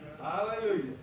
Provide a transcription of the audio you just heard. Hallelujah